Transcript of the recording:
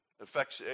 affects